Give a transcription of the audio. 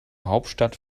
hauptstadt